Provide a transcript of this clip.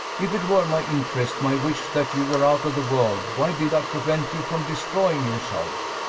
if it were my interest, my wish, that you were out of the world, why did i prevent you from destroying yourself?